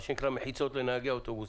מחיצות לנהגי האוטובוסים.